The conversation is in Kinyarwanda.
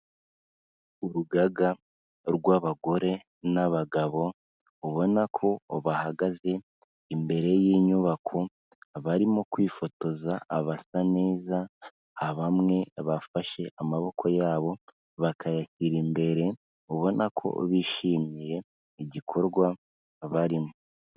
Urugaga rw'abagore n'abagabo, ubona ko bahagaze imbere y'inyubako, barimo kwifotoza abasa neza, bamwe bafashe amaboko yabo bakayashyira imbere ubona ko bishimiye igikorwa barimo.